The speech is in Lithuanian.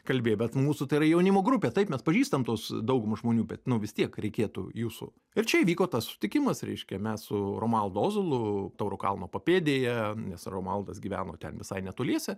kalbėję bet mūsų jaunimo grupė taip mes pažįstam tuos daugumą žmonių bet vis tiek reikėtų jūsų ir čia įvyko tas sutikimas reiškia mes su romualdu ozolu tauro kalno papėdėje nes romaldas gyveno ten visai netoliese